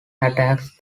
attacks